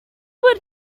would